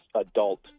adult